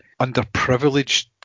underprivileged